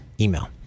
email